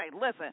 listen